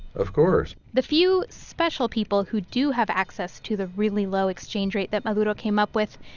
of course the few special people who do have access to the really low exchange rate that maduro came up with,